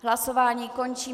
Hlasování končím.